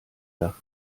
dach